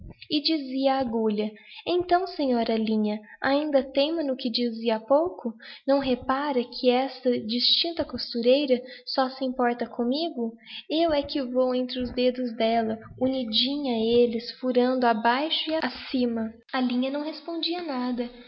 poética dizia a agulha então senhora linha ainda teima no que dizia ha pouco não repara que esta distincta costureira só se importa commigo eu é que vou aqui entre os dedos delia unidinha aelles furando abaixo e acima a linha não respondia nada